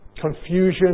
Confusion